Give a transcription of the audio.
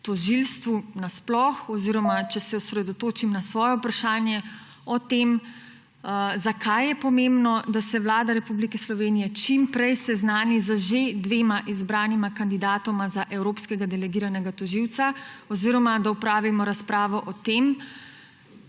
o tožilstvu nasploh oziroma, če se osredotočim na svoje vprašanje, o tem, zakaj je pomembno, da se vlada Republike Slovenije čim prej seznani z že dvema izbranima kandidatoma za evropskega delegiranega tožilca oziroma da opravimo razpravo o tem,